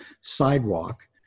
sidewalk